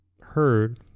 heard